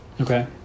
Okay